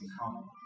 come